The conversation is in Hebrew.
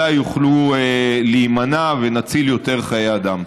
אולי יוכלו להימנע ונציל יותר חיי אדם.